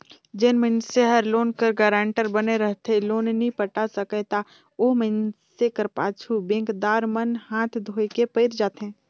जेन मइनसे हर लोन कर गारंटर बने रहथे लोन नी पटा सकय ता ओ मइनसे कर पाछू बेंकदार मन हांथ धोए के पइर जाथें